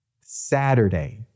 Saturday